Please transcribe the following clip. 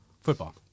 Football